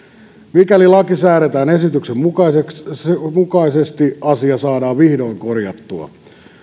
mikäli laki säädetään esityksen mukaisesti asia saadaan vihdoin korjattua